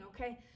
okay